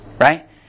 right